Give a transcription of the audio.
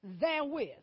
therewith